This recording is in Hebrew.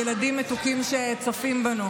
ילדים מתוקים שצופים בנו,